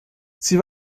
sie